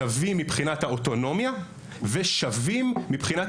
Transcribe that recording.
שווים מבחינת אוטונומיה ושווים מבינת